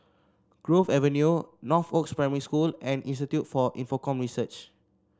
Grove Avenue Northoaks Primary School and Institute for Infocomm Search